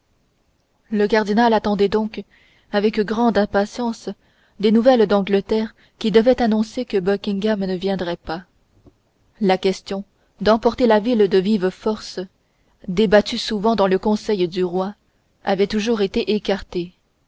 le cardinal attendait donc avec grande impatience des nouvelles d'angleterre qui devaient annoncer que buckingham ne viendrait pas la question d'emporter la ville de vive force débattue souvent dans le conseil du roi avait toujours été écartée